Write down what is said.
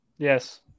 Yes